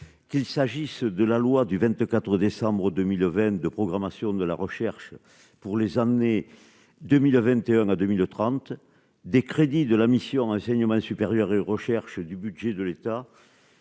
qu'il s'agisse de la loi du 24 décembre 2000 owen de programmation de la recherche pour les années 2021 à 2030, des crédits de la mission enseignement supérieur et recherche du budget de l'État